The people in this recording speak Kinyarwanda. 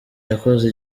yakoze